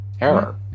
Error